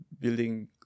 building